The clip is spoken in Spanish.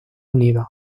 unidos